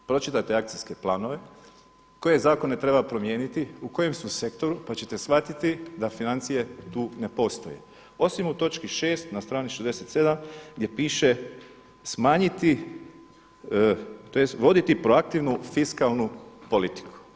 Pročitajte akcijske planove, koje zakone treba promijeniti, u kojem su sektoru pa ćete shvatiti da financije tu ne postoje osim u točki 6. na strani 67. gdje piše smanjiti tj. voditi proaktivnu fiskalnu politiku.